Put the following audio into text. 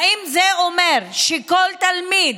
האם זה אומר שכל תלמיד,